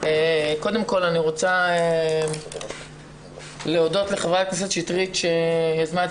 קודם כל אני רוצה להודות לחברת הכנסת שטרית שיזמה את